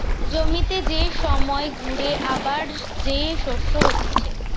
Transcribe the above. জমিতে যে সময় ঘুরে আবার যে শস্য হতিছে